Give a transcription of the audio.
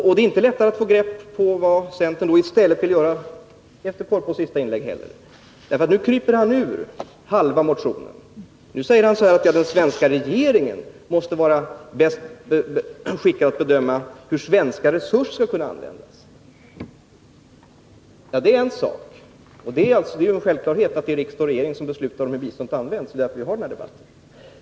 Inte heller efter Sture Korpås senaste inlägg är det lättare att få grepp om vad centern vill göra i stället. Nu kryper Sture Korpås ur halva motionen. Han säger att den svenska regeringen måste vara bäst skickad att bedöma hur svenska resurser skall användas. Det är en självklarhet att det är riksdag och regering som beslutar om hur biståndet används — det är därför vi har den här debatten.